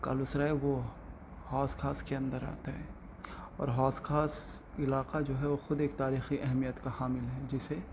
کالو سرائے وہ حوض خاص کے اندر آتا ہے اور حوض خاص علاقہ جو ہے وہ خود ایک تاریخی اہمیت کا حامل ہے جسے